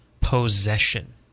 possession